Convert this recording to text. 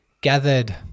gathered